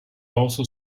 also